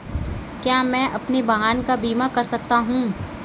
क्या मैं अपने वाहन का बीमा कर सकता हूँ?